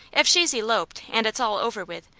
if she's eloped, and it's all over with,